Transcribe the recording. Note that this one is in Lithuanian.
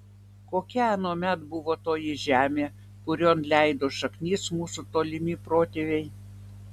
kokia anuomet buvo toji žemė kurion leido šaknis mūsų tolimi protėviai